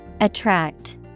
Attract